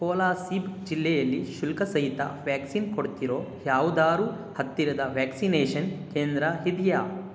ಕೋಲಾಸಿಬ್ ಜಿಲ್ಲೆಯಲ್ಲಿ ಶುಲ್ಕಸಹಿತ ವ್ಯಾಕ್ಸಿನ್ ಕೊಡ್ತಿರೋ ಯಾವ್ದಾದ್ರೂ ಹತ್ತಿರದ ವ್ಯಾಕ್ಸಿನೇಷನ್ ಕೇಂದ್ರ ಇದ್ಯಾ